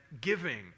giving